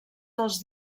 dels